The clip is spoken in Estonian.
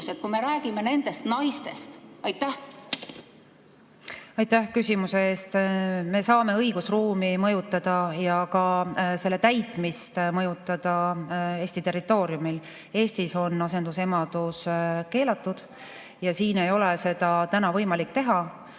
kui me räägime nendest naistest? Aitäh küsimuse eest! Me saame õigusruumi mõjutada ja ka selle [reeglite] täitmist mõjutada Eesti territooriumil. Eestis on asendusemadus keelatud ja siin ei ole seda täna võimalik teha.